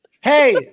Hey